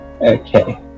Okay